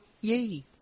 yay